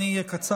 אני אהיה קצר,